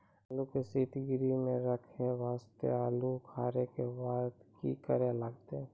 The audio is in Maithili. आलू के सीतगृह मे रखे वास्ते आलू उखारे के बाद की करे लगतै?